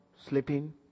sleeping